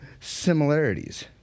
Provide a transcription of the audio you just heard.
similarities